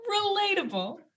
Relatable